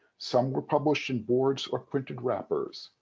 some were published in boards or printed wrappers,